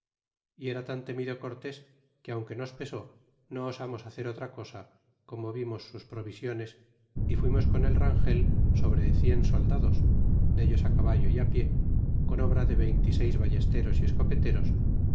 tan temido cortés que aunque nos pesó no osamos hacer otra cosa como vimos sus provisiones y fuimos con el rangel sobre cien soldados dalos caballo y pie con obra de veinte y seis ballesteros y escopeteros